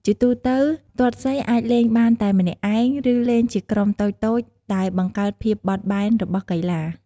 ជាទូទៅ ទាត់សីអាចលេងបានតែម្នាក់ឯង ឬលេងជាក្រុមតូចៗ ដែលបង្កើនភាពបត់បែនរបស់កីឡា។